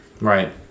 Right